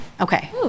Okay